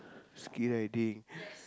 skii riding